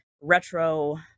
retro